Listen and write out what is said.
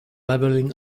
leveling